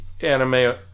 anime